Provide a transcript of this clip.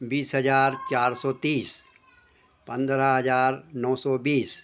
बीस हज़ार चार सौ तीस पन्द्रह हज़ार नौ सौ बीस